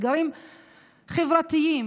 אתגרים חברתיים,